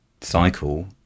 cycle